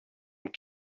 und